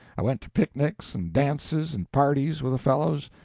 i went to picnics and dances and parties with the fellows,